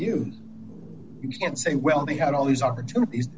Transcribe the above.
being you can't say well they had all these opportunities